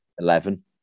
Eleven